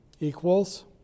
Equals